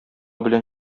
белән